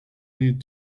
lead